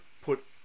put